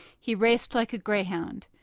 he raced like a greyhound.